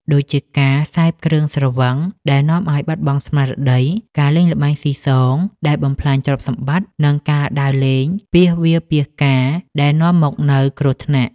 ដូចជាការសេពគ្រឿងស្រវឹងដែលនាំឱ្យបាត់បង់ស្មារតី ការលេងល្បែងស៊ីសងដែលបំផ្លាញទ្រព្យសម្បត្តិ និងការដើរលេងពាសវាលពាសកាលដែលនាំមកនូវគ្រោះថ្នាក់។